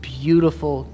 beautiful